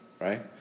right